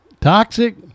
Toxic